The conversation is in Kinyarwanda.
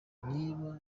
niba